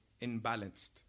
imbalanced